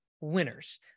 winners